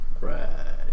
Right